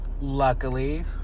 Luckily